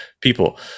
people